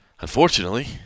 unfortunately